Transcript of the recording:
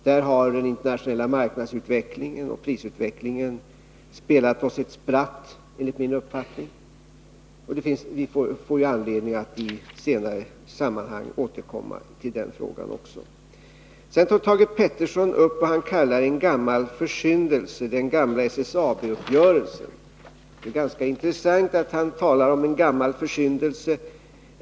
Där har den internationella marknadsutvecklingen och prisutvecklingen spelat oss ett spratt enligt min uppfattning. Vi får anledning att i senare sammanhang återkomma till den frågan också. 37 Sedan tar Thage Peterson upp vad han kallar en gammal försyndelse, den gamla SSAB-uppgörelsen. Det är ganska intressant att han talar om en gammal försyndelse.